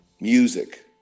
music